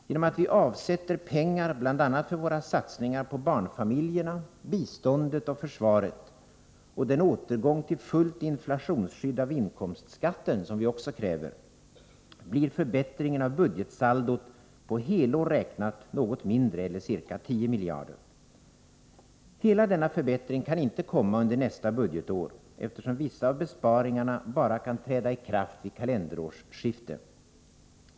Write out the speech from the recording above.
Genom att vi avsätter pengar bl.a. för våra satsningar på barnfamiljerna, biståndet och försvaret och genom den återgång till fullt inflationsskydd av inkomstskatten som vi också kräver, blir förbättringen av budgetsaldot på helår räknat något mindre, eller ca 10 miljarder kronor. Hela denna förbättring kan inte komma under nästa budgetår, eftersom vissa av besparingarna bara kan träda i kraft vid ett kalenderårsskifte.